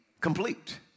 complete